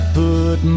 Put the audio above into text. put